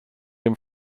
dem